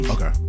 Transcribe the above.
Okay